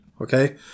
Okay